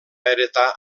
heretar